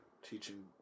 teaching